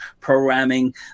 programming